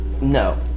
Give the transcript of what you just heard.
No